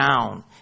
down